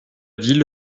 ville